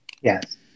Yes